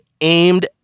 aimed